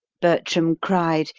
bertram cried,